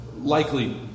likely